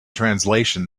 translation